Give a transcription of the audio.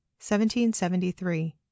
1773